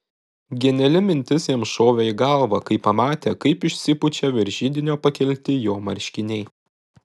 geniali mintis jam šovė į galvą kai pamatė kaip išsipučia virš židinio pakelti jo marškiniai